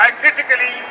critically